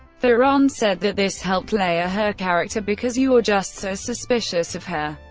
theron said that this helped layer her character, because you're just so suspicious of her,